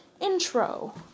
intro